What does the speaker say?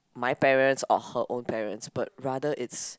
my parents or her own parents but rather is